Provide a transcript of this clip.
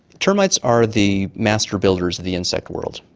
termites are the master builders of the insect world.